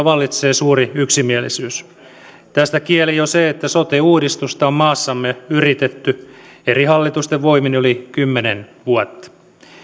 vallitsee suuri yksimielisyys tästä kielii jo se että sote uudistusta on maassamme yritetty eri hallitusten voimin yli kymmenen vuotta